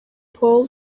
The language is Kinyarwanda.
paul